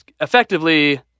effectively